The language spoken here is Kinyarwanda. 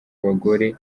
abagore